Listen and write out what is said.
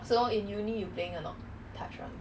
我只是一个小咖 ah